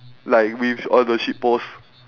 like with all the shit post